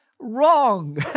Wrong